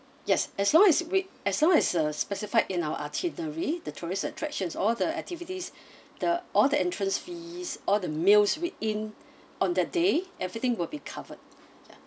yes as long as we as long as uh specified in our artillery the tourist attractions all the activities the all the entrance fees all the meals we in on the day everything will be covered ya